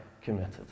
committed